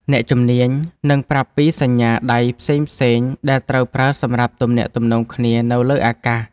អ្នកជំនាញនឹងប្រាប់ពីសញ្ញាដៃផ្សេងៗដែលត្រូវប្រើសម្រាប់ទំនាក់ទំនងគ្នានៅលើអាកាស។